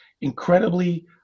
incredibly